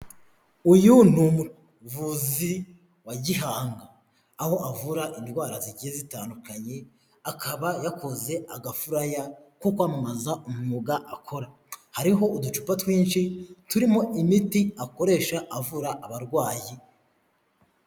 Uyu ni umuvuzi wa gihanga, aho avura indwara zigiye zitandukanye, akaba yakoze agafuraya ko kwamamaza umwuga akora, hariho uducupa twinshi turimo imiti akoresha avura abarwayi.